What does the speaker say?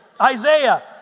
Isaiah